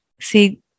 See